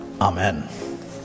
Amen